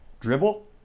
dribble